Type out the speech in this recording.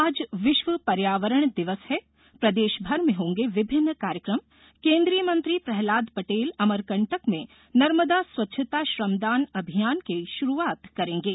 आज विश्व पर्यावरण दिवस है प्रदेशभर में होंगे विभिनन कार्यक्रम केन्द्रीय मंत्री प्रहलाद पटेल अमरकंटक में नर्मदा स्वच्छता श्रमदान अभियान की शुरूआत करेंगे